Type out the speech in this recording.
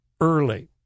early